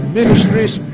Ministries